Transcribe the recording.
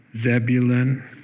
Zebulun